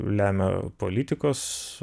lemia politikos